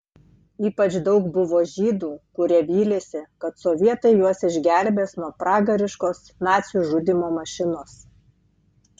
ypač daug buvo žydų kurie vylėsi kad sovietai juos išgelbės nuo pragariškos nacių žudymo mašinos